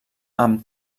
amb